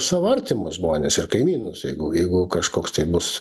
savo artimus žmones ir kaimynus jeigu jeigu kažkoks tai bus